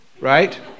right